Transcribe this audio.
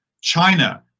China